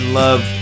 love